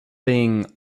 being